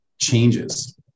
changes